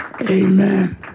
amen